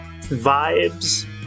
vibes